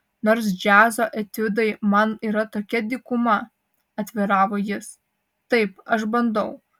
nors džiazo etiudai man yra tokia dykuma atviravo jis taip aš bandau